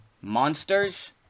monsters